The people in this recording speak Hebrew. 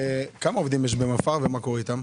כמה עובדים יש במפא"ר, ומה קורה איתם?